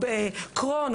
או בקרוהן,